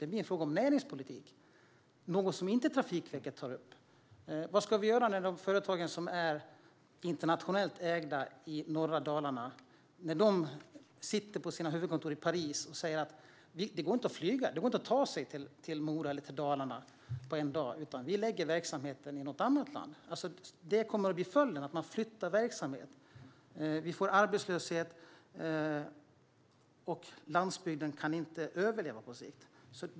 Det blir en fråga om näringspolitik - det är något som inte Trafikverket tar upp. Jag undrar vad vi ska göra när det gäller de företag i norra Dalarna som är internationellt ägda. Jag undrar vad vi ska göra när de sitter på sina huvudkontor i Paris och säger: Det går inte att flyga. Det går inte att ta sig till Mora eller till Dalarna på en dag. Vi lägger verksamheten i något annat land. Det kommer att bli följden: att man flyttar verksamhet. Vi får arbetslöshet, och landsbygden kan inte överleva på sikt.